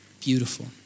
Beautiful